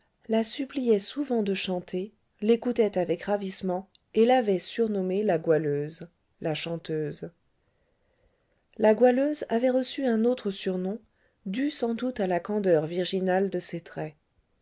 la suppliaient souvent de chanter l'écoutaient avec ravissement et l'avaient surnommée la goualeuse la chanteuse la goualeuse avait reçu un autre surnom dû sans doute à la candeur virginale de ses traits